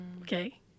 okay